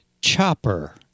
Chopper